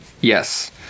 Yes